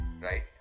right